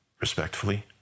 respectfully